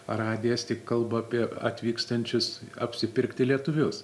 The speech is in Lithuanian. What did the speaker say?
radijas tik kalba apie atvykstančius apsipirkti lietuvius